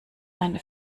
eine